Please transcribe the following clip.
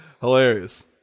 Hilarious